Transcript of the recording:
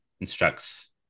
instructs